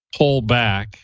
pullback